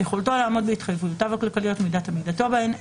יכולתו לעמוד בהתחייבויותיו הכלכליות ומידת עמידתו בהן,